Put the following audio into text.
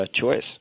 choice